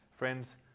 Friends